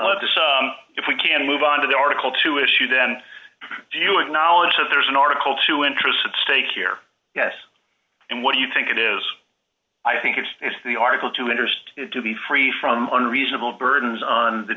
of this if we can move on to the article two issue then do you acknowledge that there is an article two interests at stake here yes and what do you think it is i think it's the article two interest to be free from unreasonable burdens on the